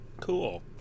Cool